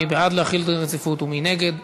מי בעד להחיל דין רציפות ומי נגד?